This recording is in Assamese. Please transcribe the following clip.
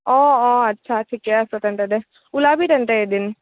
অ অ আচ্ছা ঠিকে আছে তেন্তে দে ওলাবি তেন্তে এদিন